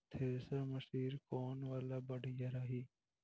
Thresher machine कौन वाला बढ़िया रही?